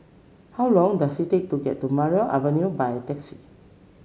how long does it take to get to Maria Avenue by taxi